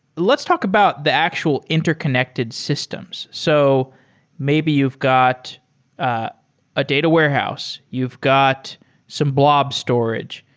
let's talk about the actual interconnected systems. so maybe you've got a ah data warehouse. you've got some blob storage.